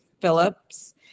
Phillips